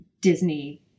Disney